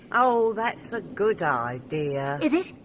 oh, that's a good idea. is it?